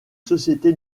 société